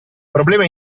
problema